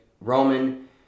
Roman